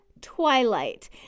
twilight